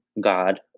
God